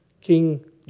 King